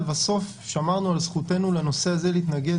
בסוף שמרנו על זכותנו לנושא זה להתנגד